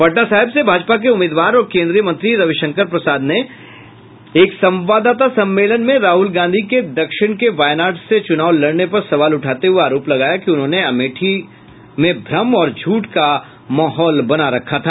पटना साहिब से भाजपा के उम्मीदवार और केंद्रीय मंत्री रविशंकर प्रसाद ने एक संवाददाता सम्मेलन में राहुल गांधी के दक्षिण के बयनाड से चुनाव लड़ने पर सवाल उठाते हुये आरोप लगाया कि उन्होंने अमेठी ने भ्रम और झूठ का माहौल बना रखा था